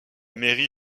mairie